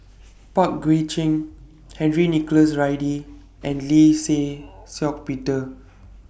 Pang Guek Cheng Henry Nicholas Ridley and Lee Shih Shiong Peter